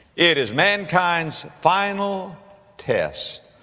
it is mankind's final test.